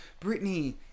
britney